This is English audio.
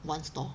one store